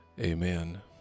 Amen